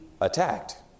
attacked